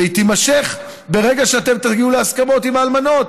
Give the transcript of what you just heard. והיא תימשך ברגע שאתם תגיעו להסכמות עם האלמנות,